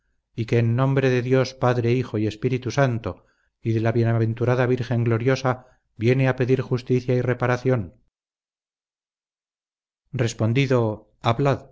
y que en nombre de dios padre hijo y espíritu santo y de la bienaventurada virgen gloriosa viene a pedir justicia y reparación respondido